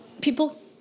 people